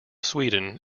sweden